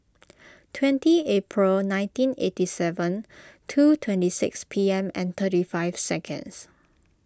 twelve April nineteen eighty seven two twenty six P M and thirty five seconds